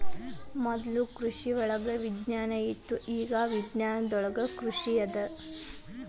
ಮೊದ್ಲು ಕೃಷಿವಳಗ ವಿಜ್ಞಾನ ಇತ್ತು ಇಗಾ ವಿಜ್ಞಾನದೊಳಗ ಕೃಷಿ ಅದ